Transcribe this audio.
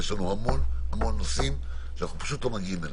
יש לנו המון המון נושאים שאנחנו פשוט לא מגיעים אליהם.